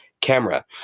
camera